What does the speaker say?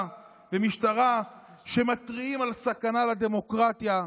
ומשטרה שמתריעים על הסכנה לדמוקרטיה,